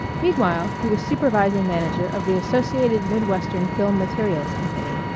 meanwhile he was supervising manager of the associated mid-western film materials company,